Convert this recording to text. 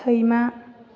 सैमा